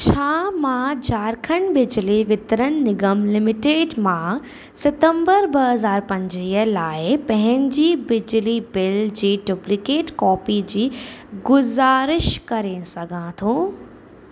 छा मां झारखंड बिजली वितरण निगम लिमिटेड मां सितंबर ॿ हज़ार पंजवीह लाइ पंहिंजी बिजली बिल जी डुप्लीकेट कॉपी जी गुज़ारिश करे सघां थो